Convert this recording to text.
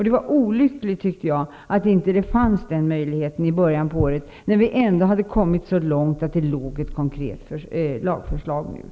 Det var olyckligt att den möjligheten inte fanns i början av året, när vi ändå hade kommit så långt att ett konkret lagförslag förelåg.